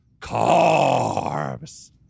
Carbs